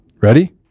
Ready